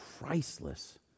priceless